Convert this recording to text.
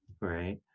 right